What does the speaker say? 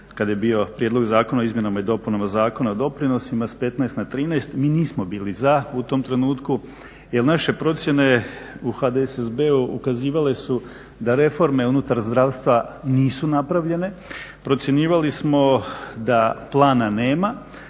kada je bio prijedlog Zakona o izmjenama i dopunama Zakona o doprinosima s 15 na 13 mi nismo bili za u tom trenutku jer naše procjene u HDSSB-u ukazivale su da reforme unutar zdravstva nisu napravljene, procjenjivali smo da plana nema